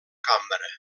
cambra